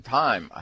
time